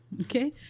Okay